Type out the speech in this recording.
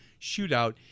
shootout